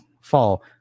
fall